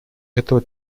этого